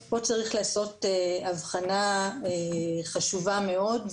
פה צריך לעשות אבחנה חשובה מאוד,